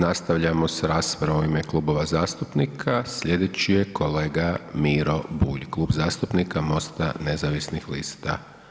Nastavljamo s raspravom u ime klubova zastupnika, sljedeći je kolega Miro Bulj, Klub zastupnika MOST-a nezavisnih lista.